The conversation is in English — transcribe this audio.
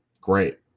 great